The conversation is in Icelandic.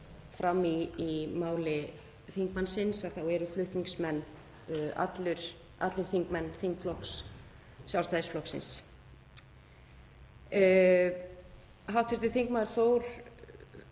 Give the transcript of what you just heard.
fram í máli þingmannsins eru flutningsmenn allir þingmenn þingflokks Sjálfstæðisflokksins. Hv. þingmaður fór